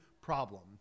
problem